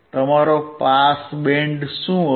તમારો pass band શું હશે